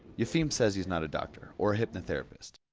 yefim says he's not a doctor or a hypnotherapist.